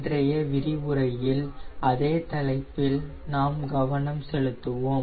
இன்றைய விரிவுரையில் அதே தலைப்பில் நாம் கவனம் செலுத்துவோம்